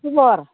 खबर